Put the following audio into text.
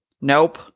Nope